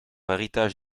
héritage